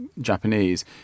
Japanese